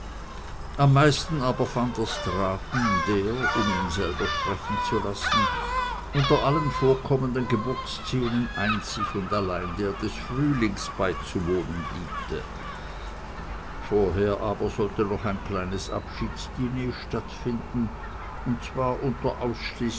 am meisten aber van der straaten der um ihn selber sprechen zu lassen unter allen vorkommenden geburtsszenen einzig und allein der des frühlings beizuwohnen liebte vorher aber sollte noch ein kleines abschiedsdiner stattfinden und zwar unter